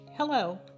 Hello